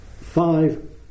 five